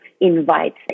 invite